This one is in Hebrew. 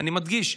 אני מדגיש,